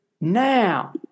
now